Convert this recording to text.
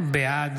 בעד